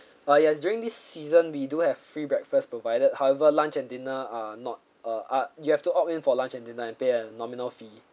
uh yes during this season we do have free breakfast provided however lunch and dinner uh not uh ah you have to opt in for lunch and dinner and pay a nominal fee